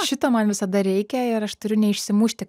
šito man visada reikia ir aš turiu neišsimušti